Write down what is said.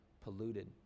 polluted